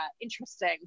interesting